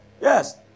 yes